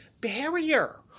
barrier